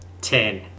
Ten